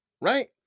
right